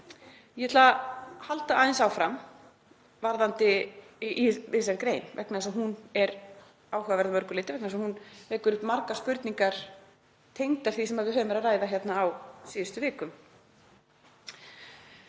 Ég ætla að halda aðeins áfram í þessari grein vegna þess að hún er áhugaverð að mörgu leyti og vekur upp margar spurningar tengdar því sem við höfum verið að ræða hér á síðustu vikum,